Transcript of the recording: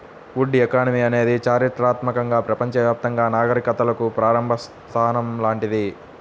would economy అనేది చారిత్రాత్మకంగా ప్రపంచవ్యాప్తంగా నాగరికతలకు ప్రారంభ స్థానం లాంటిది